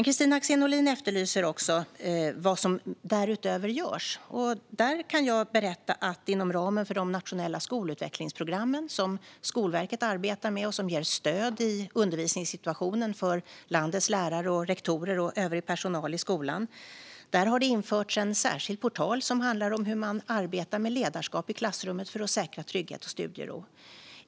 Kristina Axén Olin efterlyser att få höra vad som därutöver görs. Jag kan berätta att inom ramen för de nationella skolutvecklingsprogrammen, som Skolverket arbetar med och som ger stöd i undervisningssituationen för landets lärare, rektorer och övrig personal i skolan, har en särskild portal införts. Det handlar om hur man arbetar med ledarskap i klassrummet för att säkra trygghet och studiero.